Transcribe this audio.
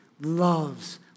loves